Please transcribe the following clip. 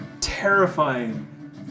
terrifying